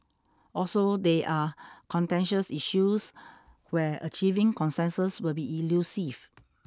also they are contentious issues where achieving consensus will be elusive